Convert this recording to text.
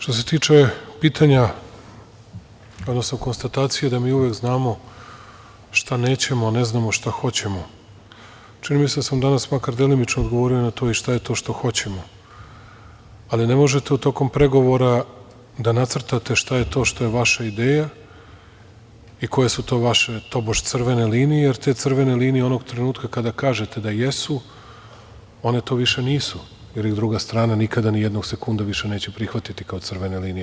Što se tiče pitanja, odnosno konstatacije da mi uvek znamo šta nećemo, a ne znamo šta hoćemo, čini mi se da sam danas makar delimično odgovorio na to šta je to što hoćemo, ali ne možete tokom pregovora da nacrtate šta je to što je vaša ideja i koja su to vaše, tobože crvene linije, jer te crvene linije onog trenutka kada kažete da jesu, one to više nisu, jer ih druga strana nikada nije nijednog sekunda više neće prihvatiti kao crvene linije.